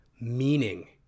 meaning